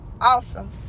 awesome